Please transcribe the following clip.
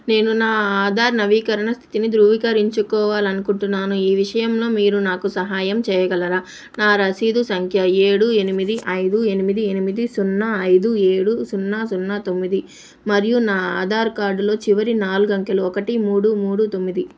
నేను నా ఆధార్ నవీకరణ స్థితిని ధృవీకరించుకోవాలి అనుకుంటున్నాను ఈ విషయంలో మీరు నాకు సహాయం చేయగలరా నా రసీదు సంఖ్య ఏడు ఎనిమిది ఐదు ఎనిమిది ఎనిమిది సున్నా ఐదు ఏడు సున్నా సున్నా తొమ్మిది మరియు నా ఆధార్ కార్డ్లో చివరి నాలుగు అంకెలు ఒకటి మూడు మూడు తొమ్మిది